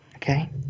Okay